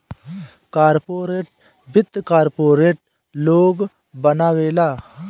corporate वित्त corporate लोग बनावेला